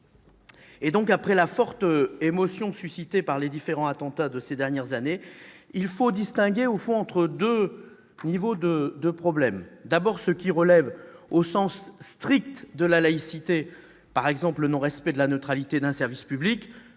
forte. Après l'intense émotion suscitée par les différents attentats de ces dernières années, il faut distinguer entre deux niveaux de problèmes : d'abord ce qui relève, au sens strict, de la laïcité, par exemple le non-respect de la neutralité d'un service public,